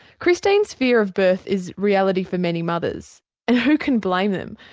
christine's fear of birth is reality for many mothers and who can blame them.